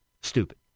stupid